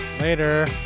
Later